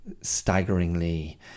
staggeringly